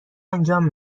انجام